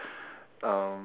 um